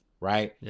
right